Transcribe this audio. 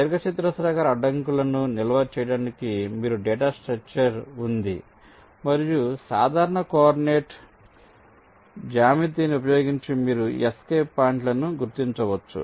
దీర్ఘచతురస్రాకార అడ్డంకులను నిల్వ చేయడానికి మీకు డేటా స్ట్రక్చర్ ఉంది మరియు సాధారణ కోఆర్డినేట్ జ్యామితిని ఉపయోగించి మీరు ఈ ఎస్కేప్ పాయింట్లను గుర్తించవచ్చు